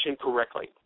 correctly